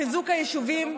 חיזוק היישובים,